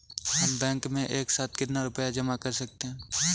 हम बैंक में एक साथ कितना रुपया जमा कर सकते हैं?